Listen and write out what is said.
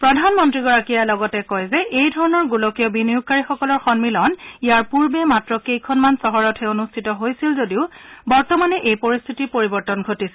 প্ৰধানমন্ত্ৰীগৰাকীয়ে আৰু কয় যে এইধৰণৰ গোলকীয় বিনিয়োগকাৰীসকলৰ সন্মিলন ইয়াৰ পূৰ্বে মাত্ৰ কেইখনমান চহৰতহে অনুষ্ঠিত হৈছিল যদিও বৰ্তমানেও এই পৰিস্থিতিৰ পৰিৱৰ্তন ঘটিছে